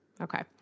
Okay